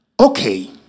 Okay